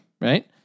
Right